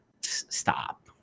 stop